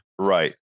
right